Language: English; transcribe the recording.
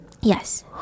Yes